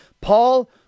Paul